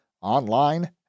online